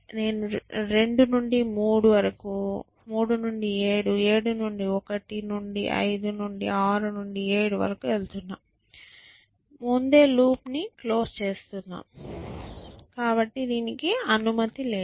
నేను 2 నుండి 3 నుండి 7 నుండి 1 నుండి 5 నుండి 6 నుండి 7 వరకు వెళ్తున్నాను ముందే లూప్ ను క్లోజ్ చేస్తున్నాం దానికి అనుమతి లేదు